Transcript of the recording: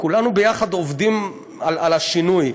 כולנו יחד עובדים על השינוי.